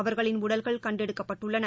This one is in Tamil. அவர்களின் உடல்கள் கண்டெடுக்கப்பட்டுள்ளன